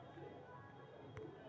फसल काटे के लेल नया नया मशीन आ गेलई ह